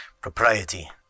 propriety